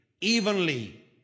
evenly